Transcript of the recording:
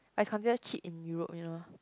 five hundred cheap in Europe you know